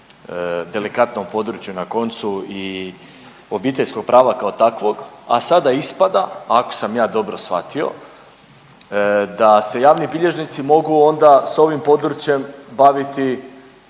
delikatnom području, na koncu i obiteljskog prava kao takvog, a sada ispada, ako sam ja dobro shvatio da se javni bilježnici mogu onda s ovim područjem baviti